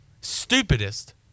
stupidest